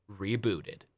Rebooted